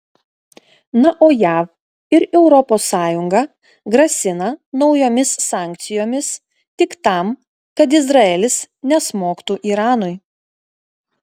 na o jav ir europos sąjunga grasina naujomis sankcijomis tik tam kad izraelis nesmogtų iranui